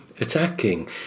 attacking